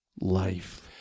life